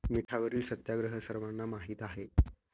मिठावरील सत्याग्रह सर्वांना माहीत आहे